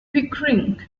pickering